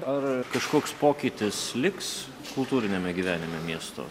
ar kažkoks pokytis liks kultūriniame gyvenime miesto